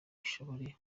ishobore